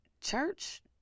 church